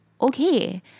okay